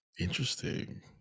interesting